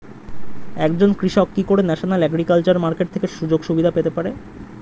একজন কৃষক কি করে ন্যাশনাল এগ্রিকালচার মার্কেট থেকে সুযোগ সুবিধা পেতে পারে?